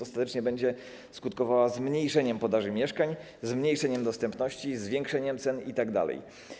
Ostatecznie będzie skutkowała zmniejszeniem podaży mieszkań, zmniejszeniem dostępności, zwiększeniem cen itd.